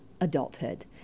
adulthood